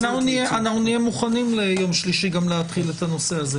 אנחנו נהיה מוכנים ליום שלישי להתחיל את הנושא הזה.